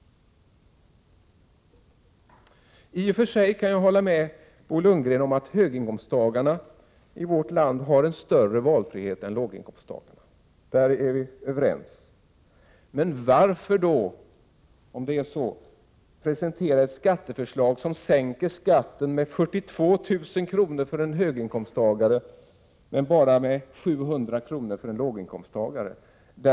I och för sig kan jag hålla med Bo Lundgren om att höginkomsttagarna i vårt land har en större valfrihet än låginkomsttagarna. Om det är vi överens. Men varför, om det är så, presentera ett skatteförslag som sänker skatten med 42 000 kr. för en höginkomsttagare men bara med 700 kr. för en låginkomsttagare?